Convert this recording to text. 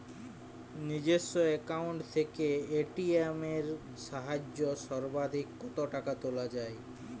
নিজস্ব অ্যাকাউন্ট থেকে এ.টি.এম এর সাহায্যে সর্বাধিক কতো টাকা তোলা যায়?